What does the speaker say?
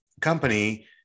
company